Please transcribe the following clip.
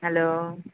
hello